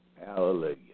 hallelujah